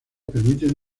permiten